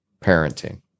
parenting